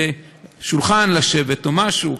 שולחן לשבת או משהו,